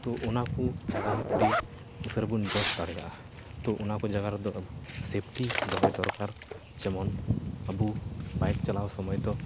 ᱛᱚ ᱚᱱᱟᱠᱚ ᱡᱟᱜᱟᱨᱮ ᱟᱹᱰᱤ ᱩᱠᱷᱟᱹᱲᱵᱚᱱ ᱡᱚᱥ ᱫᱟᱲᱮᱜᱼᱟ ᱛᱚ ᱚᱱᱟᱠᱚ ᱡᱟᱜᱟ ᱨᱮᱫᱚ ᱥᱮᱯᱷᱴᱤ ᱫᱚᱦᱚᱭ ᱫᱚᱨᱠᱟᱨ ᱡᱮᱢᱚᱱ ᱟᱹᱵᱩ ᱵᱟᱭᱤᱠ ᱪᱟᱞᱟᱣ ᱥᱚᱢᱚᱭᱫᱚ